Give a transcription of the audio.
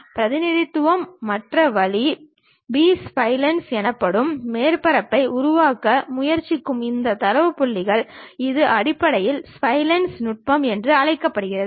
பிரதிநிதித்துவத்தின் மற்ற வழி பி ஸ்ப்லைன்ஸ் எனப்படும் மேற்பரப்புகளை உருவாக்க முயற்சிக்கும் இந்த தரவு புள்ளிகள் இது அடிப்படை ஸ்ப்லைன்ஸ் நுட்பம் என்றும் அழைக்கப்படுகிறது